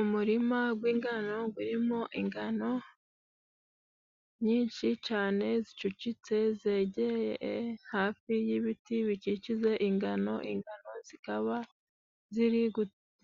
Umurima gw'ingano gurimo ingano nyinshi cane zicucitse, zegereye hafi y'ibiti bikikije ingano. Ingano zikaba ziri